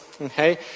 okay